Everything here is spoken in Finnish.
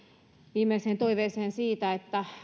viimeiseen toiveeseen siitä että